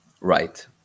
Right